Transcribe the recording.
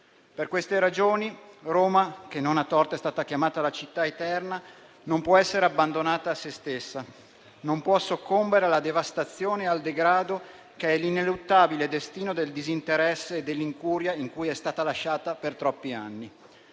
Per queste ragioni, Roma, che non a torto è stata chiamata la città eterna, non può essere abbandonata a sé stessa, non può soccombere alla devastazione e al degrado che sono l'ineluttabile destino cui la condannano il disinteresse e l'incuria in cui è stata lasciata per troppi anni.